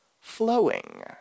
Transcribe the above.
flowing